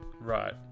Right